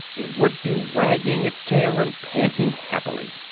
it would be wagging its tail and panting happily.